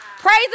Praise